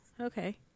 Okay